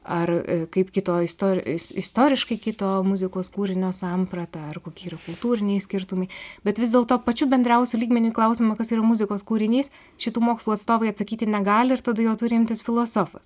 ar kaip kitoj istorijoj istoriškai kito muzikos kūrinio samprata ar kokie yra kultūriniai skirtumai bet vis dėlto pačiu bendriausiu lygmeniu į klausimą kas yra muzikos kūrinys šitų mokslų atstovai atsakyti negali ir tada jo turi imtis filosofas